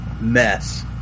mess